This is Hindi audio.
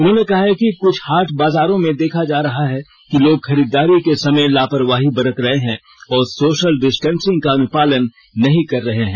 उन्होंने कहा है कि कुछ हाट बाजारों में देखा जा रहा है कि लोग खरीदारी के समय लापरवाही बरत रहे हैं और सोशल डिस्टेंसिंग का अनुपालन नहीं कर रहे हैं